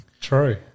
True